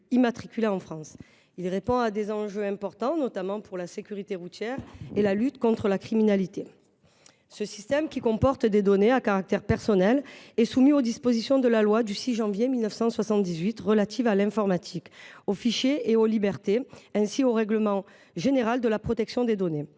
immatriculés en France. Il répond à des enjeux importants, notamment pour la sécurité routière et la lutte contre la criminalité. Ce système, qui comporte des données à caractère personnel, est soumis aux dispositions de la loi du 6 janvier 1978 relative à l’informatique, aux fichiers et aux libertés, ainsi qu’au règlement général sur la protection des données